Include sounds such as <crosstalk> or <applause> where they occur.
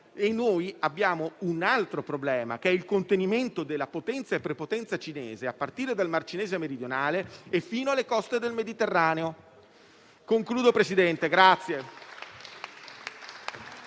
Noi abbiamo un altro problema, che è il contenimento della potenza e prepotenza cinese, a partire dal Mar cinese meridionale e fino alle coste del Mediterraneo. <applause>